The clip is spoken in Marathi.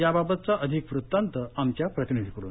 यावाबतचा अधिक वृत्तांत आमच्या प्रतिनिधीकडून